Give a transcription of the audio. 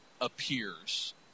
appears